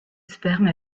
sperme